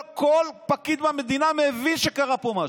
וכל פקיד במדינה מבין שקרה פה משהו,